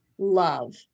love